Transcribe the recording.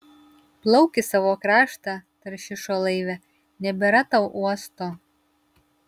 plauk į savo kraštą taršišo laive nebėra tau uosto